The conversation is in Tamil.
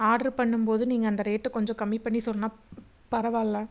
ஆர்ட்ரு பண்ணும் போது நீங்கள் அந்த ரேட்டை கொஞ்சம் கம்மி பண்ணி சொன்னால் பரவாயில்ல